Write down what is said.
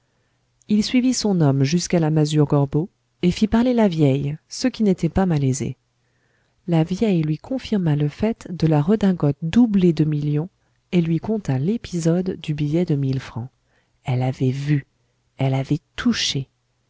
il suivit son homme jusqu'à la masure gorbeau et fit parler la vieille ce qui n'était pas malaisé la vieille lui confirma le fait de la redingote doublée de millions et lui conta l'épisode du billet de mille francs elle avait vu elle avait touché